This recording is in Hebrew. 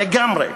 לגמרי.